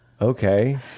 Okay